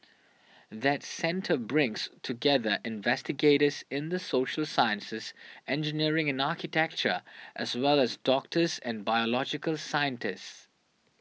that centre brings together investigators in the social sciences engineering and architecture as well as doctors and biological scientists